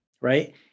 right